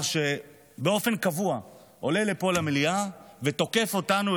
שבאופן קבוע עולה לפה למליאה ותוקף אותנו,